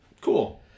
cool